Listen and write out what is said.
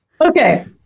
Okay